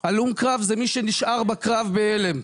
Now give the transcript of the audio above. הלום קרב זה מי שנשאר בקרב בהלם.